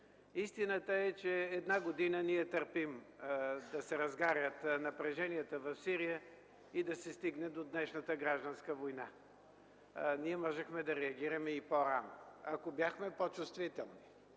Истината е, че една година ние търпим да се разгарят напреженията в Сирия и да се стигне до днешната гражданска война. Ние можехме да реагираме и по-рано, ако бяхме по-чувствителни.